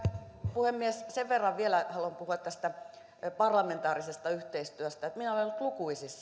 puhemies sen verran vielä haluan puhua tästä parlamentaarisesta yhteistyöstä että minä olen ollut lukuisissa